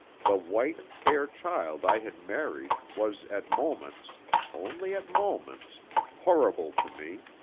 the white, fair child i had married was at moments only at moments horrible to me.